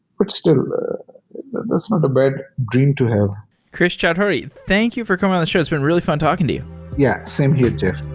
but still that's not a bad dream to have krish chaudhury, thank you for coming on the show. it's been really fun talking to you yeah. same here, jeff